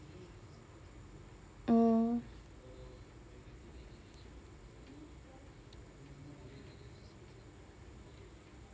oh